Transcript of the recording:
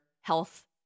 health